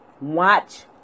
Watch